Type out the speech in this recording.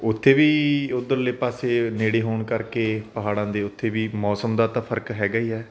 ਉਥੇ ਵੀ ਉਧਰਲੇ ਪਾਸੇ ਨੇੜੇ ਹੋਣ ਕਰਕੇ ਪਹਾੜਾਂ ਦੇ ਉੱਤੇ ਵੀ ਮੌਸਮ ਦਾ ਤਾਂ ਫਰਕ ਹੈਗਾ ਹੀ